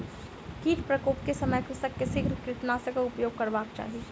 कीट प्रकोप के समय कृषक के शीघ्र कीटनाशकक उपयोग करबाक चाही